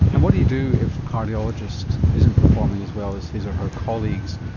and what do you do if a cardiologist isn't performing as well as his or her colleagues,